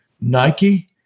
Nike